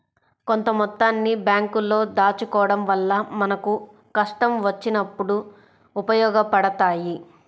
కొంత మొత్తాన్ని బ్యేంకుల్లో దాచుకోడం వల్ల మనకు కష్టం వచ్చినప్పుడు ఉపయోగపడతయ్యి